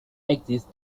exists